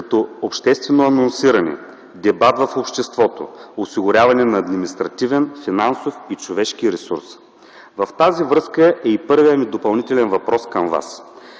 като обществено анонсиране, дебат в обществото, осигуряване на административен, финансов и човешки ресурс. Във връзка с това е и първият ми допълнителен въпрос към Вас: